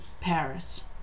Paris